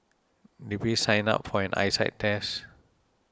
did we sign up for an eyesight test